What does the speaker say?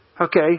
okay